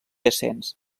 ascens